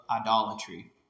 idolatry